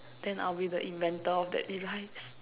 then I'll be the inventor of that device